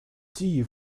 tea